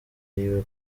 yiwe